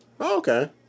Okay